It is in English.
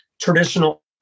traditional